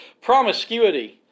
promiscuity